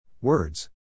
Words